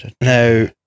Now